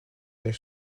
einer